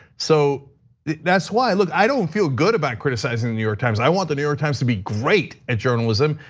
so that's why, look, i don't feel good about criticizing the new york times. i want the new york times to be great at journalism,